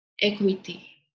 equity